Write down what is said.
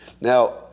Now